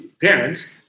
parents